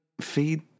feed